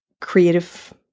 creative